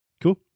cool